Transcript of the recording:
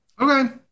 Okay